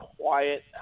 quiet